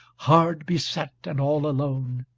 hard beset and all alone!